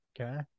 Okay